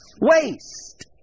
Waste